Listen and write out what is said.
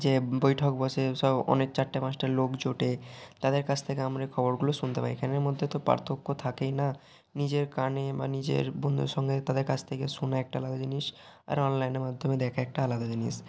যে বৈঠক বসে সব অনেক চারটে পাঁচটা লোক জোটে তাদের কাছ থেকে আমরা এই খবরগুলো শুনতে পাই এখানের মধ্যে তো পার্থক্য তো থাকেই না নিজের কানে বা নিজের বন্ধুদের সঙ্গে তাদের কাছ থেকে শুনা একটা আলদা জিনিস আর অনলাইনের মাধ্যমে দেখা একটা আলাদা জিনিস